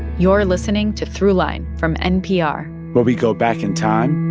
you're listening to throughline from npr where we go back in time